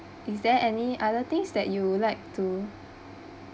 is there any other things that you would like to